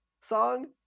song